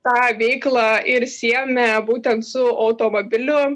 tą veiklą ir siejome būtent su automobiliu